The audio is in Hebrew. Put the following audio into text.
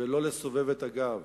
ולא לסובב את הגב,